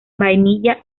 vainilla